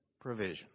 provision